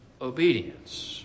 obedience